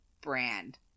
brand